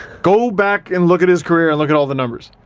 go back and look at his career and look at all the numbers.